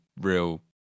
real